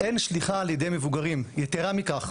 אין שליחה על ידי מבוגרים, יתרה מכך,